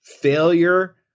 Failure